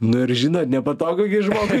nu ir žinot nepatogu gi žmogui